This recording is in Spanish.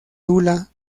tula